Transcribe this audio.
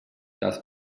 das